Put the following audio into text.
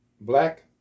black